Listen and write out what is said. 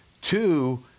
Two